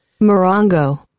Morongo